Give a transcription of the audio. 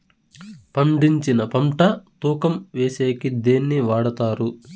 పండించిన పంట తూకం వేసేకి దేన్ని వాడతారు?